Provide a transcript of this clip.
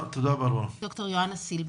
הייתי שמחה לשמוע את דוקטור ג'ואנה סילברג.